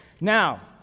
Now